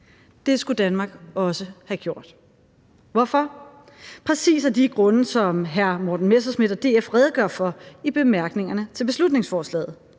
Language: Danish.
Det skulle Danmark også have gjort. Hvorfor? Præcis af de grunde, som hr. Morten Messerschmidt og DF redegør for i bemærkningerne til beslutningsforslaget.